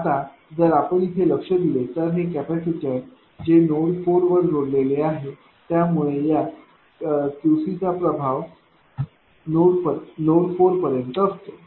आता जर आपण इथे लक्ष दिले तर हे कॅपेसिटर जे नोड 4 वर जोडलेले आहे त्यामुळे या QC चा प्रभाव नोड 4 पर्यंत असतो